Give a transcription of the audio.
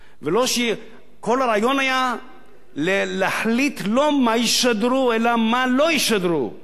כל הרעיון היה להחליט לא מה ישדרו אלא מה לא ישדרו.